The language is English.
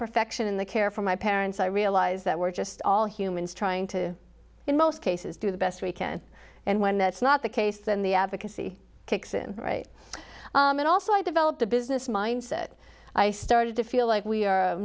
perfection in the care for my parents i realize that we're just all humans trying to in most cases do the best we can and when that's not the case then the advocacy kicks in right and also i developed a business mindset i started to feel like we